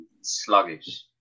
sluggish